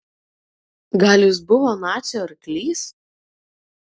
gal jis buvo nacių arklys